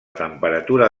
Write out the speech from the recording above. temperatura